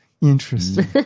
Interesting